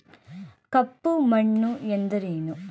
ಕಪ್ಪು ಮಣ್ಣು ಎಂದರೇನು?